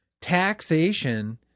taxation